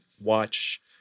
watch –